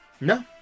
No